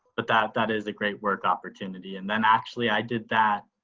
but that that is a great work opportunity and then actually i did that.